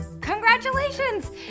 congratulations